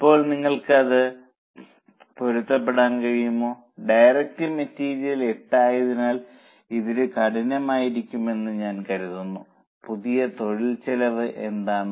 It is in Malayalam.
ഇപ്പോൾ നിങ്ങൾക്ക് അത് പൊരുത്തപ്പെടുത്താൻ കഴിയുമോ ഡയറക്ട് മെറ്റീരിയൽ 8 ആയതിനാൽ ഇത് കഠിനമായിരിക്കുമെന്ന് ഞാൻ കരുതുന്നു പുതിയ തൊഴിൽ ചെലവ് എന്താണ്